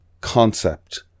concept